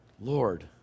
Lord